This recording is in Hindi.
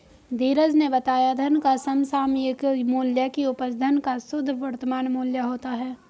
धीरज ने बताया धन का समसामयिक मूल्य की उपज धन का शुद्ध वर्तमान मूल्य होता है